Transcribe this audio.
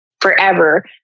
forever